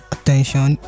Attention